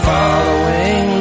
Following